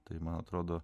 tai man atrodo